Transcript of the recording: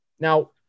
Now